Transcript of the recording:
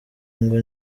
ngo